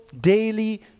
daily